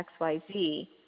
xyz